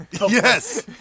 yes